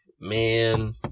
man